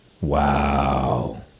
Wow